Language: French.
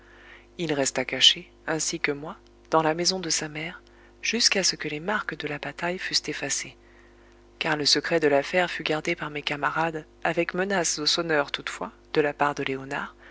il resta caché ainsi que moi dans la maison de sa mère jusqu'à ce que les marques de la bataille fussent effacées car le secret de l'affaire fut gardé par mes camarades avec menaces aux sonneurs toutefois de la part de léonard